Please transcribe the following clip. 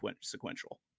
sequential